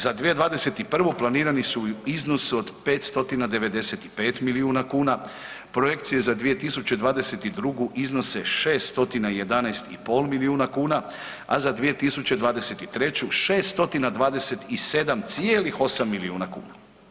Za 2021. planirani su u iznosu od 595 milijuna kuna, projekcije za 2022. iznose 611,5 milijuna kuna, a za 2023. godinu 627,8 milijuna kuna.